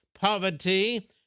poverty